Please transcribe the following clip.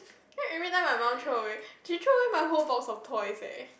then every time my mum throw away she throw away my whole box of toys leh